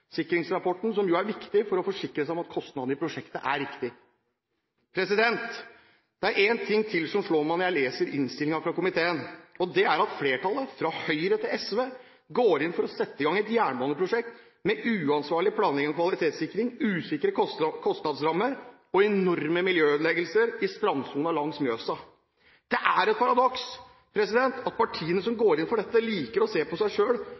som jo er viktig for å forsikre seg om at kostnadene i prosjektet er riktige. Det er én ting til som slår meg når jeg leser innstillingen fra komiteen, og det er at flertallet – fra Høyre til SV – går inn for å sette i gang et jernbaneprosjekt med uansvarlig planlegging og kvalitetssikring, usikre kostnadsrammer og enorme miljøødeleggelser i strandsonen langs Mjøsa. Det er et paradoks at partiene som går inn for dette, liker å se på seg